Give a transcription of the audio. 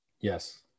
Yes